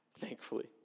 thankfully